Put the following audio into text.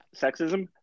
sexism